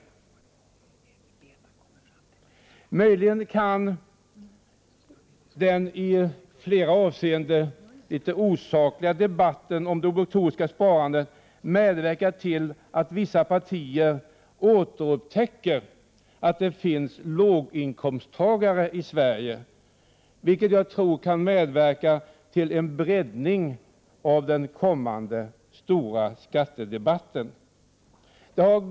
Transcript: Möjligen kan den i flera avseenden litet osakliga debatten om det obligatoriska sparandet medverka till att vissa partier återupptäcker att det finns låginkomsttagare i Sverige, vilket jag tror kan medverka till en breddning av den kommande stora skattedebatten.